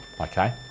okay